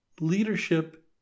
leadership